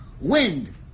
wind